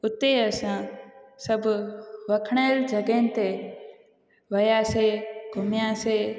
हुते असां सभु वखणाइल जॻह ते वियासीं घुमियासीं